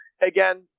again